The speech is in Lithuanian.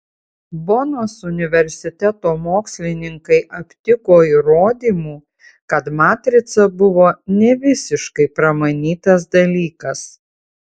bonos universiteto mokslininkai aptiko įrodymų kad matrica buvo ne visiškai pramanytas dalykas